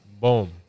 boom